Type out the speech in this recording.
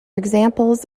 examples